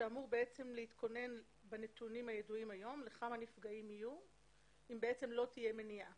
שאמור להתכונן בנתונים הידועים היום לכמה נפגעים יהיו אם לא תהיה מניעה